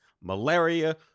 malaria